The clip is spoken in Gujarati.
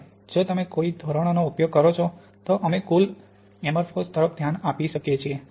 અને જો તમે કોઈ ધોરણનો ઉપયોગ કરો છો તો અમે કુલ એમરફોસ તરફ ધ્યાન આપી શકીએ છીએ